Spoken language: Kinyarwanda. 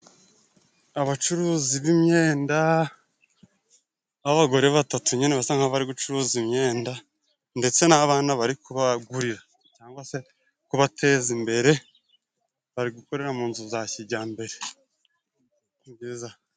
Abacuruzi b'imyenda b'abagore batatu nyine basa nkaho bari gucuruza imyenda, ndetse n'abana bari kubagurira cyangwa se kubateza imbere, bari gukorera mu nzu za kijyambere.